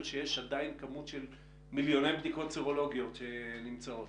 שיש עדיין כמות של מיליוני בדיקות סרולוגיות שנמצאות